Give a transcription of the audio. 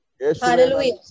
Hallelujah